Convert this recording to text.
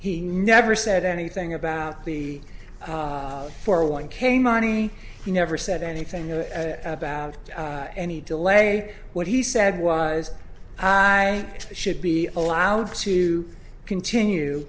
he never said anything about the four one k money he never said anything about any delay what he said was i should be allowed to continue